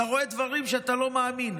אתה רואה דברים שאתה לא מאמין.